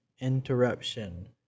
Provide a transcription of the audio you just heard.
interruption